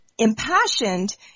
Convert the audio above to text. impassioned